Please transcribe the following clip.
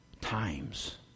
times